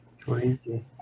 Crazy